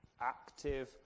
active